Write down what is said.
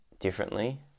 differently